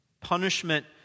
Punishment